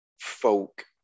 folk